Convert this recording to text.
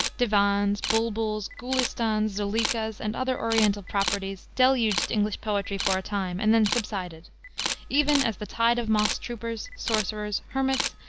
divans, bulbuls, gulistans, zuleikas, and other oriental properties, deluged english poetry for a time, and then subsided even as the tide of moss-troopers, sorcerers, hermits,